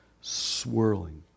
swirling